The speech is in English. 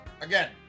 again